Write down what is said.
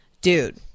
dude